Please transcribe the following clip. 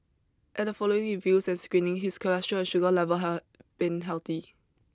at the following reviews and screening his cholesterol and sugar level have been healthy